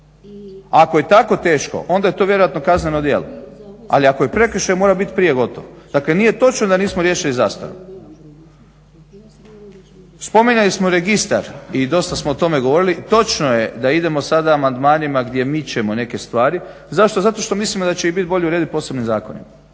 Ako je tako teško onda je to vjerojatno kazneno djelo, ali ako je prekršaj mora biti prije gotov. Dakle nije točno da nismo riješili zastaru. Spominjali smo registar i dosta smo o tome govorili i točno je da idemo sad amandmanima gdje mičemo neke stvari. Zašto, zato što mislimo da će ih bit bolje uredit posebnim zakonima